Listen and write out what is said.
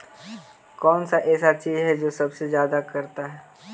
कौन सा ऐसा चीज है जो सबसे ज्यादा करता है?